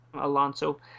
Alonso